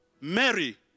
Mary